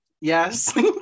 yes